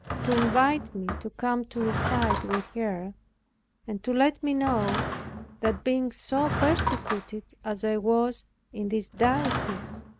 to invite me to come to reside with her and to let me know that, being so persecuted as i was in this diocese,